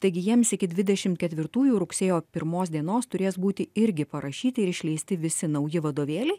taigi jiems iki dvidešim ketvirtųjų rugsėjo pirmos dienos turės būti irgi parašyti ir išleisti visi nauji vadovėliai